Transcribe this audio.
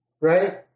right